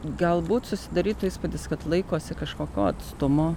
galbūt susidarytų įspūdis kad laikosi kažkokio atstumo